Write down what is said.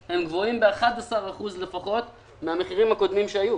הם גבוהים ב-11 אחוזים לפחות מהמחירים הקודמים שהיו.